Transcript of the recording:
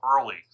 early